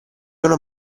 sono